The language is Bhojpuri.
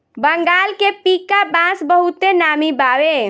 बंगाल के पीका बांस बहुते नामी बावे